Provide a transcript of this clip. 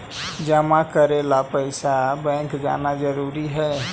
जमा करे ला पैसा बैंक जाना जरूरी है?